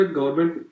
government